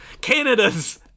Canada's